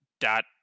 dot